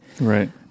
right